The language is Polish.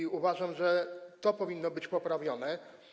I uważam, że to powinno być poprawione.